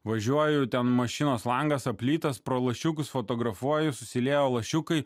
važiuoju ten mašinos langas aplytas pro lašiukus fotografuoju susiliejau lašiukai